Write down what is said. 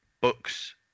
books